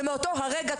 ומאותו הרגע,